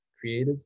creative